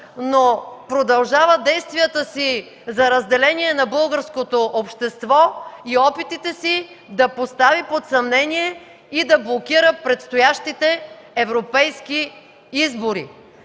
но продължава действията си за разделение на българското общество и опитите си да постави под съмнение и да блокира предстоящите европейски избори.